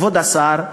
כבוד השר,